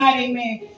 Amen